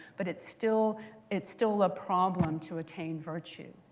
but it's still it's still a problem to attain virtue.